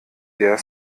der